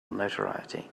notoriety